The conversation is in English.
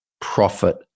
profit